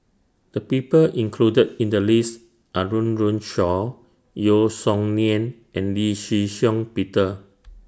The People included in The list Are Run Run Shaw Yeo Song Nian and Lee Shih Shiong Peter